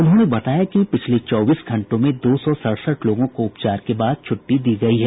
उन्होंने बताया कि पिछले चौबीस घंटों में दो सौ सड़सठ लोगों को उपचार के बाद छुट्टी दी गयी है